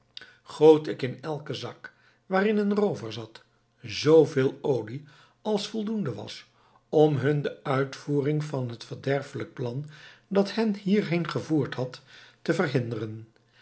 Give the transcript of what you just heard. goot ik in elken zak waarin een roover zat zooveel olie als voldoende was om hun de uitvoering van het verderfelijk plan dat hen hierheen gevoerd had te verhinderen